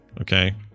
okay